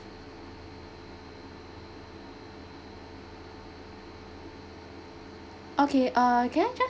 okay uh can I just